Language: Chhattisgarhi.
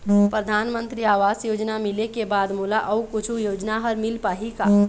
परधानमंतरी आवास योजना मिले के बाद मोला अऊ कुछू योजना हर मिल पाही का?